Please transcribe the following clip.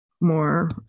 more